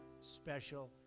special